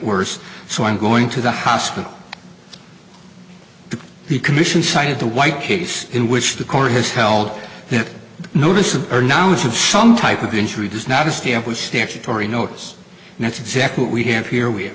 worse so i'm going to the hospital the commission cited the white case in which the court has held that a notice of her knowledge of some type of injury does not establish statutory notice and that's exactly what we have here we